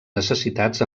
necessitats